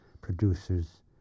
producers